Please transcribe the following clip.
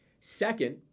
Second